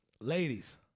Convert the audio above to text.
ladies